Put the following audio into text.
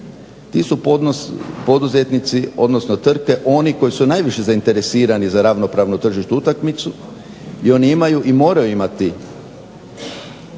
Ti su poduzetnici, odnosno tvrtke oni koji su najviše zainteresirani za ravnopravnu tržišnu utakmicu i oni imaju i moraju imati